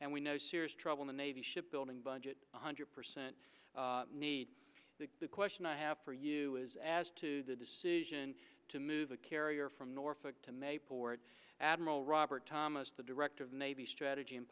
and we know serious trouble the navy ship building budget one hundred percent need the question i have for you is as to the decision to move a carrier from norfolk to maplewood admiral robert thomas the director of navy strategy and